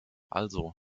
also